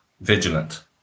vigilant